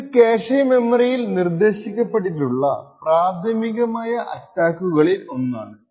ഇത് ക്യാഷെ മെമ്മറിയിൽ നിർദ്ദേശിക്കപ്പെട്ടിട്ടുള്ള പ്രാഥമികമായ അറ്റാക്കുകളിൽ ഒന്നാണ്